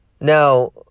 Now